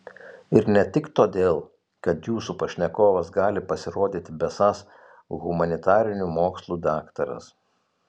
ir ne tik todėl kad jūsų pašnekovas gali pasirodyti besąs humanitarinių mokslų daktaras